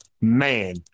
man